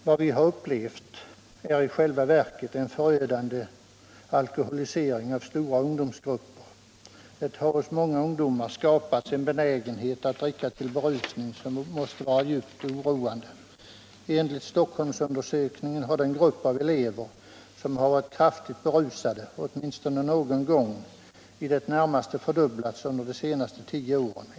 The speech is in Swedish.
”Vad vi har upplevt är i själva verket en förödande alkoholisering av stora ungdomsgrupper. Det har hos många ungdomar skapats en benägenhet att dricka till berusning som måste vara djupt oroande. Enligt stockholmsundersökningen har den grupp av elever som har varit kraftigt berusade, åtminstone någon gång, i det närmaste fördubblats under de senaste tio åren.